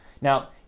Now